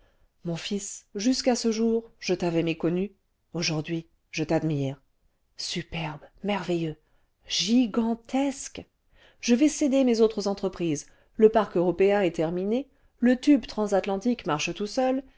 mon fils jusqu'à ce jour je t'avais méconnu aujourd'hui je t'admire superbe merveilleux gigantesque je vais céder mes autres entreprises le parc européen est terminé le tube transatlantique marche tout seul